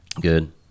Good